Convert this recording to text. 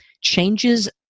changes